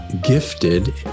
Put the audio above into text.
gifted